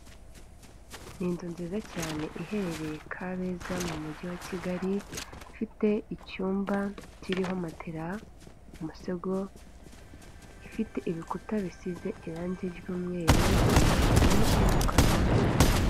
Ni inzu nziza cyane iherereye kabeza mu mujyi wa kigali ifite icyumba kiriho matera, umusego; ifite ibikuta bisize irangi ry'umweru amarido y'umukara